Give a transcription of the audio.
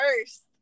first